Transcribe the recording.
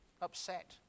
upset